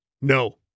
No